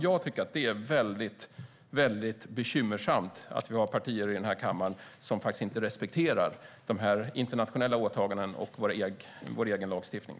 Jag tycker att det är väldigt bekymmersamt att vi har partier i den här kammaren som inte respekterar internationella åtaganden och vår egen lagstiftning.